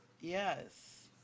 Yes